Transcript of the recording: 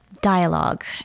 Dialogue